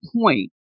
point